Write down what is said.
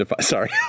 Sorry